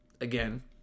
again